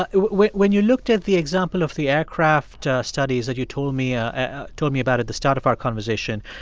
but when when you looked at the example of the aircraft studies that you told me ah ah told me about at the start of our conversation,